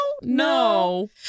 no